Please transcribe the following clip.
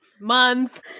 month